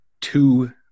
two